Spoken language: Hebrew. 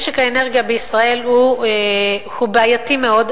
משק האנרגיה בישראל הוא בעייתי מאוד,